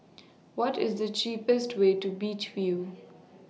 What IS The cheapest Way to Beach View